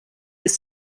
ist